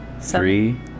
three